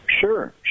Sure